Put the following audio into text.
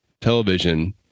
television